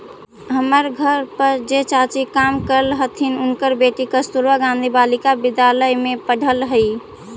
हमर घर पर जे चाची काम करऽ हथिन, उनकर बेटी कस्तूरबा गांधी बालिका विद्यालय में पढ़ऽ हई